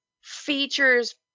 features